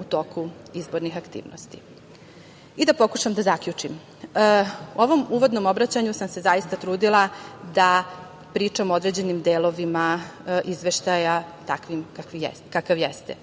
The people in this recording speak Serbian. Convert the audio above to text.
u toku izbornih aktivnosti. Da pokušam da zaključim, u ovom uvodnom obraćanju sam se zaista trudila da pričam o određenim delovima izveštaja, takav kakav jeste.